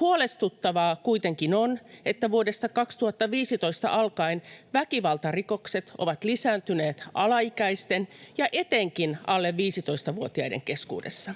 Huolestuttavaa kuitenkin on, että vuodesta 2015 alkaen väkivaltarikokset ovat lisääntyneet alaikäisten ja etenkin alle 15-vuotiaiden keskuudessa.